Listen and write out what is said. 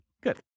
good